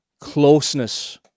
closeness